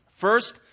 First